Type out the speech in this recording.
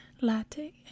Latte